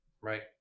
Right